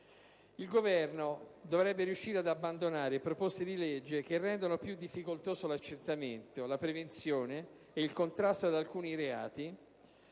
il Governo dovrebbe riuscire ad abbandonare quelle proposte di legge che rendono più difficoltosi l'accentramento, la prevenzione e il contrasto ad alcuni reati